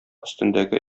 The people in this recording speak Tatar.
өстендәге